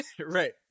Right